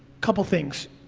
couple things.